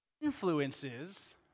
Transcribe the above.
influences